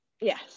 yes